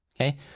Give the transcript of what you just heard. Okay